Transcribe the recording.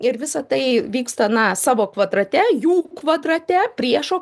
ir visa tai vyksta na savo kvadrate jų kvadrate priešo